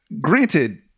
granted